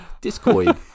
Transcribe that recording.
Discord